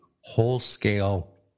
whole-scale